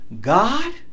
God